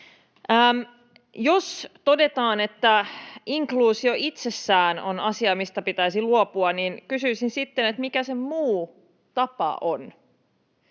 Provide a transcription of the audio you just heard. Jos todetaan, että inkluusio itsessään on asia, mistä pitäisi luopua, niin kysyisin sitten, että mikä se muu tapa on.